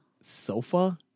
sofa